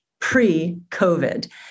pre-COVID